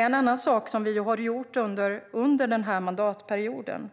En annan sak som regeringen har gjort under mandatperioden